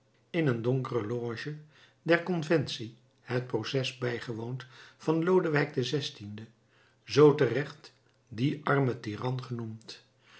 in een donkere loge der conventie het proces bijgewoond van lodewijk xvi zoo terecht die arme tyran genoemd